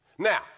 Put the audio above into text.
Now